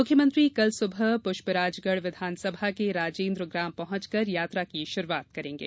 मुख्यमंत्री कल सुबह पुष्पराजगढ़ विधानसभा के राजेन्द्र ग्राम पहुंचकर यात्रा की शुरुआत करेंगे